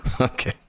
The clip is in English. Okay